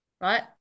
right